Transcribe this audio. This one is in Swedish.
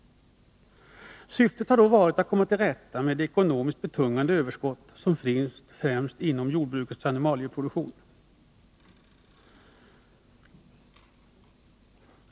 Syftet har då varit att komma till rätta med det ekonomiskt betungande överskott som finns främst inom jordbrukets animalieproduktion.